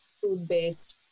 food-based